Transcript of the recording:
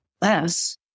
less